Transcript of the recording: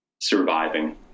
surviving